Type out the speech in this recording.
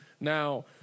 now